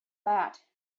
that